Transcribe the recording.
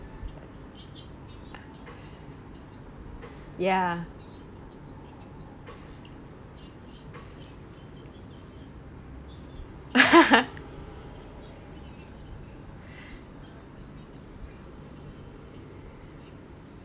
ya